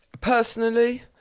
Personally